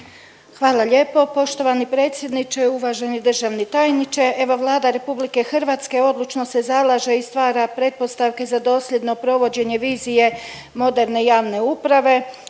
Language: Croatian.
Hvala lijepo. Poštovani predsjedniče, uvaženi državni tajniče. Evo Vlada RH odlučno se zalaže i stvara pretpostavke za dosljedno provođenje vizije moderne javne uprave